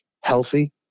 healthy